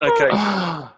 Okay